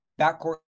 backcourt